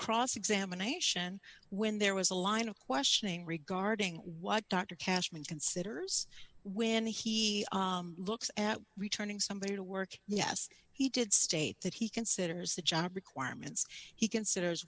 cross examination when there was a line of questioning regarding what doctor cashman considers when he looks at returning somebody to work yes he did state that he considers the job requirements he considers